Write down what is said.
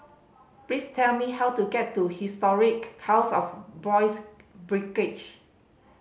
please tell me how to get to Historic House of Boys' Brigade